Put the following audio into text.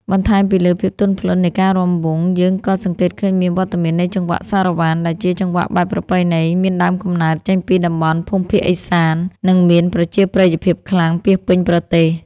បន្ថែមពីលើភាពទន់ភ្លន់នៃការរាំវង់ យើងក៏សង្កេតឃើញមានវត្តមាននៃចង្វាក់សារ៉ាវ៉ាន់ ដែលជាចង្វាក់បែបប្រពៃណីមានដើមកំណើតចេញពីតំបន់ភូមិភាគឦសាន និងមានប្រជាប្រិយភាពខ្លាំងពាសពេញប្រទេស។